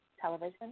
television